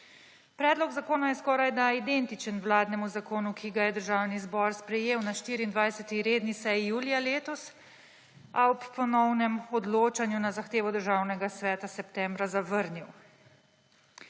Predlog zakona je skorajda identičen vladnemu zakonu, ki ga je Državni zbor sprejel na 24. redni seji julija letos, a ob ponovnem odločanju na zahtevo Državnega sveta septembra zavrnil.